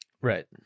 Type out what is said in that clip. Right